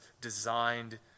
designed